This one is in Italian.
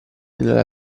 nella